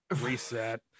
reset